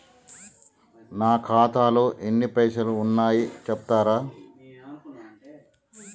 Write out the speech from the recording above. నా ఖాతాలో ఎన్ని పైసలు ఉన్నాయి చెప్తరా?